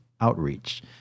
Outreach